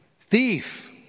thief